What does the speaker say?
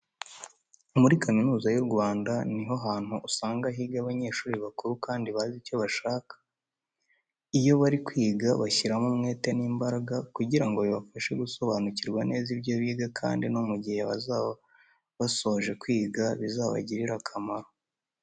Muri Kaminuza y'u Rwanda ni ho hantu usanga higa abanyeshuri bakuru kandi baba bazi icyo bashaka. Iyo bari kwiga bashyiramo umwete n'imbaraga kugira ngo bibafashe gusobanukirwa neza ibyo biga kandi no mu gihe bazaba basoje kwiga bizabagirire akamaro.